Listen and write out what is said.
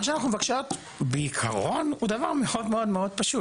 מה שאנחנו מבקשות בעיקרון הוא דבר מאוד מאוד פשוט.